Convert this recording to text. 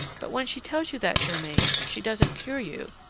but when she tells you that, germain, she doesn't cure you,